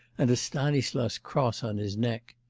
and a stanislas cross on his neck.